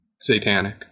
Satanic